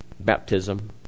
baptism